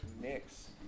mix